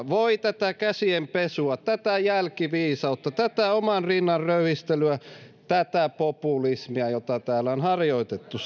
voi tätä käsienpesua tätä jälkiviisautta tätä oman rinnan röyhistelyä tätä populismia jota täällä on harjoitettu